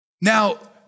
Now